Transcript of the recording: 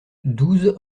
douze